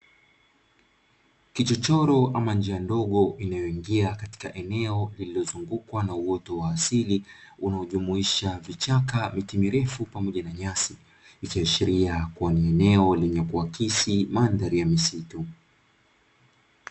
Kichochoro ama njia ndogo inayoingia katika eneo lililozungukwa na uoto wa asili unaojumuisha vichaka vitimilifu pamoja na nyasi, ikiashiria kuwa ni eneo lenye kuakisi mandhari ya misitu.